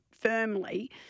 firmly